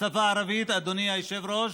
השפה הערבית, אדוני היושב-ראש,